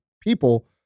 people